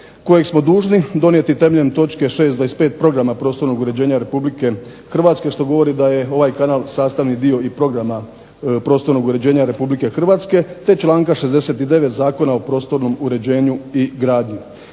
kojeg smo dužni donijeti temeljem točke 6.25 Programa prostornog uređenja Republike Hrvatske što govori da je ovaj kanal sastavni dio i Programa prostornog uređenja Republike Hrvatske, te članka 69. Zakona o prostornom uređenju i gradnji.